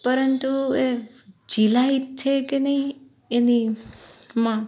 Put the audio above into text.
પરંતુ એ ઝીલાય છે કે નહીં એની માં